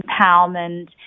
empowerment